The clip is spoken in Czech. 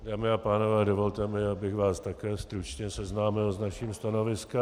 Dámy a pánové, dovolte mi, abych vás také stručně seznámil s naším stanoviskem.